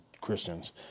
Christians